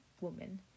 woman